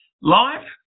Life